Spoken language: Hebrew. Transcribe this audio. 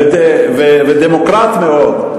ודמוקרט מאוד,